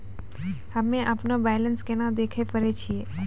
हम्मे अपनो बैलेंस केना देखे पारे छियै?